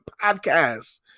podcast